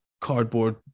cardboard